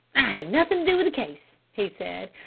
i had nothing to do with the case, he said,